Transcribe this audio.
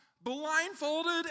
blindfolded